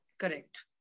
correct